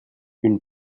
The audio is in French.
une